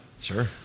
Sure